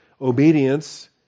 obedience